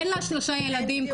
אין לה שלושה ילדים,